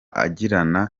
agirana